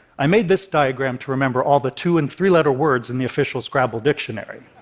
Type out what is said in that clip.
i made this diagram to remember all the two and three-letter words in the official scrabble dictionary.